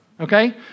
okay